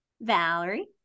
Valerie